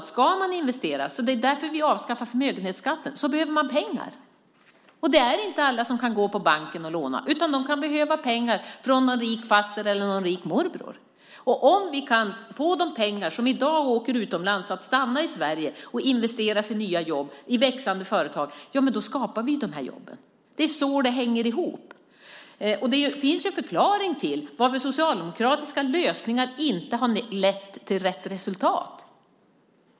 Ska man investera - och det är därför vi avskaffar förmögenhetsskatten - behöver man pengar. Alla kan inte gå på banken och låna, utan de kan behöva pengar från en rik faster eller en rik morbror. Om vi kan få de pengar som i dag åker utomlands att stanna i Sverige och investeras i nya jobb i växande företag skapar vi de här jobben. Det är så det hänger ihop. Det finns en förklaring till varför socialdemokratiska lösningar inte har lett till rätt resultat.